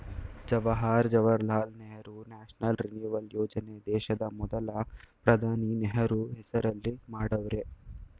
Jawahar Jawaharlal Nehru national renewal ಯೋಜನೆ ದೇಶದ ಮೊದಲ ಪ್ರಧಾನಿ ನೆಹರು ಹೆಸರಲ್ಲಿ ಮಾಡವ್ರೆ